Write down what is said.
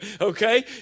Okay